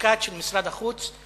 הקומוניקט של משרד החוץ,